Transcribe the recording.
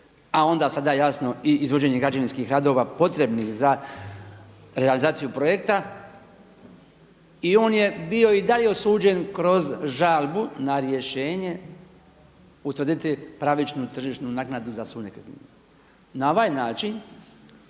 a onda sada jasno i izvođenje građevinskih radova potrebnih za realizaciju projekta i on je bio i dalje osuđen kroz žalbu na rješenje utvrditi pravičnu tržišnu naknadu za svu nekretninu. Na ovaj način